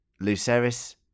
Luceris